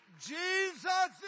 Jesus